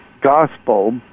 gospel